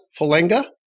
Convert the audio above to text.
Falenga